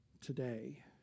today